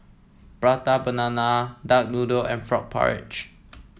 Prata Banana Duck Noodle and Frog Porridge